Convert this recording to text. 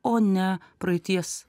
o ne praeities